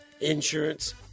Insurance